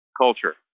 culture